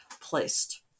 placed